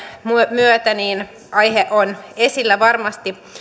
myötä aihe on esillä varmasti